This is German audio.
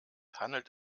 handelt